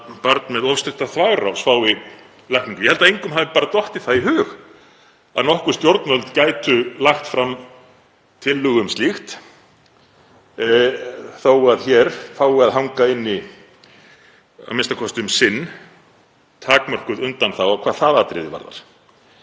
börn með of stutta þvagrás fái lækningu. Ég held að engum hafi dottið það í hug að nokkuð stjórnvöld gætu lagt fram tillögu um slíkt þó að hér fái að hanga inni, a.m.k. um sinn, takmörkuð undanþága hvað það atriði varðar.